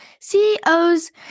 CEO's